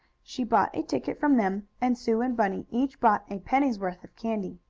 she bought a ticket from them, and sue and bunny each bought a penny's worth of candy.